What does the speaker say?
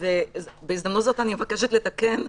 ובהזדמנות הזאת אני מבקשת לתקן,